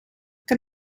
kan